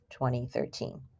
2013